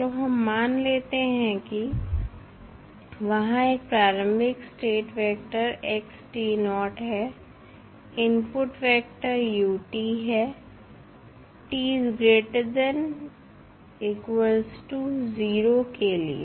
चलो हम मान लेते हैं कि वहां एक प्रारंभिक स्टेट वेक्टर है इनपुट वेक्टर है के लिए